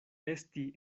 esti